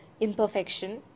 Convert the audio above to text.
imperfection